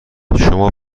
شما